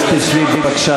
בבקשה.